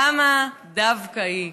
למה דווקא היא?